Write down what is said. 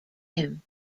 him